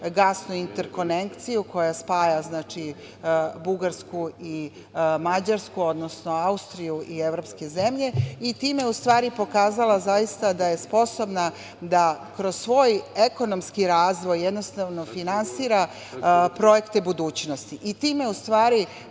gasnu interkonekciju koja spaja Bugarsku i Mađarsku, odnosno Austriju i evropske zemlje i time u stvari pokazala zaista da je sposobna da kroz svoj ekonomski razvoj finansira projekte budućnosti